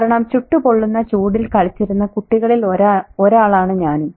കാരണം ചുട്ടുപൊള്ളുന്ന ചൂടിൽ കളിച്ചിരുന്ന കുട്ടികളിൽ ഒരാളാണ് ഞാനും